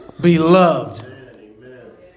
Beloved